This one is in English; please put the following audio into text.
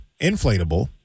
Inflatable